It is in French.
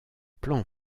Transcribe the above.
plans